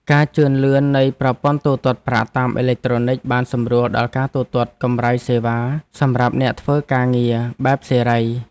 ការជឿនលឿននៃប្រព័ន្ធទូទាត់ប្រាក់តាមអេឡិចត្រូនិកបានសម្រួលដល់ការទូទាត់កម្រៃសេវាសម្រាប់អ្នកធ្វើការងារបែបសេរី។